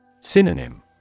Synonym